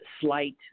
slight